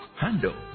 handle